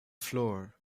floor